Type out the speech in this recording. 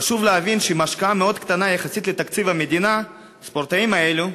חשוב להבין שעם השקעה מאוד קטנה יחסית לתקציב המדינה הספורטאים האלו,